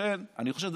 ולכן אני חושב,